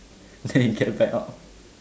then he get back up